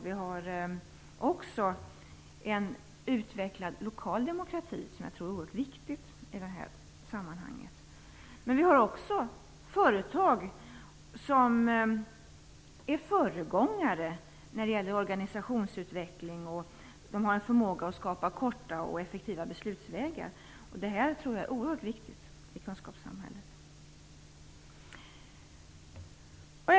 Vi har också en utvecklad lokal demokrati, som jag tror är oerhört viktig i det här sammanhanget. Men vi har även företag som är föregångare när det gäller organisationsutveckling. De har en förmåga att skapa korta och effektiva beslutsvägar. Det tror jag är oerhört viktigt i kunskapssamhället.